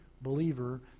believer